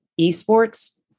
esports